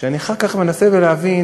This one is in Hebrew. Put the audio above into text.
ואני אחר כך מנסה להבין,